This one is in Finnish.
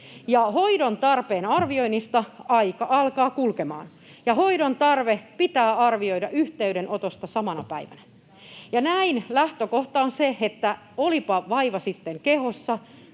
Hoidon tarpeen arvioinnista aika alkaa kulkemaan, ja hoidon tarve pitää arvioida yhteydenotosta samana päivänä. Näin lähtökohta on se, että olipa vaiva sitten kehossa